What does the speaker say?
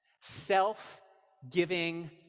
self-giving